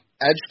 edge